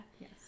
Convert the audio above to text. yes